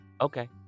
Okay